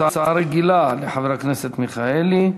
הצעה רגילה לחבר הכנסת מיכאלי.